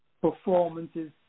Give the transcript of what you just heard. performances